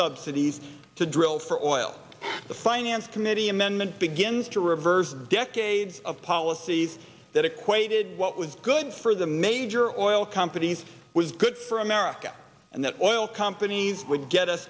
subsidies to drill for oil in the finance committee amendment begins to reverse decades of policies that equated what was good for the major oil companies was good for erica and that oil companies would get